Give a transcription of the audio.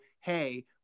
Hey